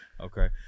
Okay